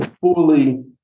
fully